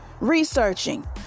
researching